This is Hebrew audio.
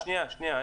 שנייה, שנייה.